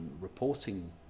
reporting